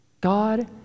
God